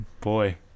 boy